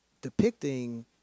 depicting